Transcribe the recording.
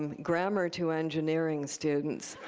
and grammar to engineering students